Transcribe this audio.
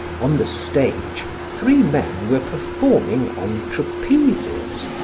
on the stage three men were performing on trapezes.